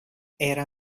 era